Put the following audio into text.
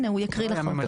הנה הוא יקריא לכם אותו.